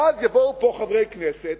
ואז יבואו לפה חברי כנסת,